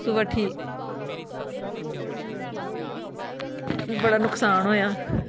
सुबह ठीक बड़ा नुकसान होएआ